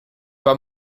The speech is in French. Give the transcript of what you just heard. pas